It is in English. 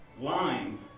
lime